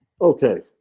Okay